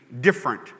different